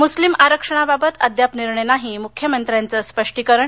मुस्लिम आरक्षणाबाबत अद्याप निर्णय नाही मुख्यमंत्र्यांचं स्पष्टीकरण